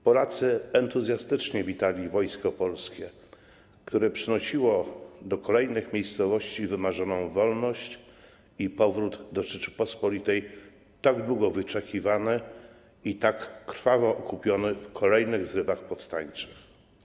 Polacy entuzjastycznie witali polskie wojsko, które przynosiło do kolejnych miejscowości wymarzoną wolność i powrót do Rzeczypospolitej, tak długo wyczekiwany i tak krwawo okupiony w kolejnych zrywach powstańczych.